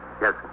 Yes